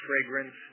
fragrance